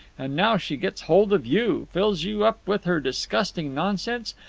and now she gets hold of you, fills you up with her disgusting nonsense,